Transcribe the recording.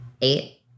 Eight